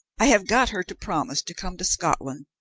i have got her to promise to come to scotland,